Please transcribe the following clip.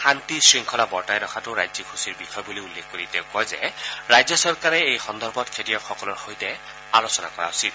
শান্তি শৃংখলা বৰ্তাই ৰখাটো ৰাজ্যিক সূচীৰ বিষয় বুলি উল্লেখ কৰি তেওঁ কয় যে ৰাজ্য চৰকাৰে এই সন্দৰ্ভত খেতিয়কসকলৰ সৈতে আলোচনা কৰা উচিত